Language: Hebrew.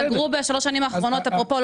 סגרו בשלוש השנים האחרונות אפרופו,